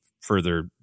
further